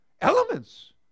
elements